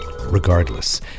Regardless